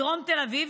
בדרום תל אביב,